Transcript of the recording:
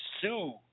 sue –